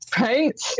Right